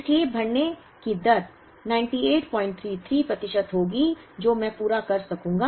इसलिए भरने की दर 9833 प्रतिशत होगी जो मैं पूरा कर सकूंगा